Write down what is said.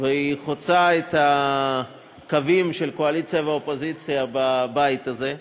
והיא חוצה את הקווים של קואליציה ואופוזיציה בבית הזה.